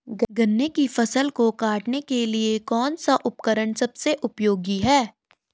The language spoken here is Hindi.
गन्ने की फसल को काटने के लिए कौन सा उपकरण सबसे उपयोगी है?